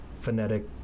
phonetic